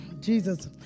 jesus